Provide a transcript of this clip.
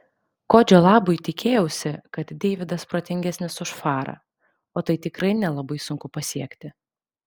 kodžio labui tikėjausi kad deividas protingesnis už farą o tai tikrai nelabai sunku pasiekti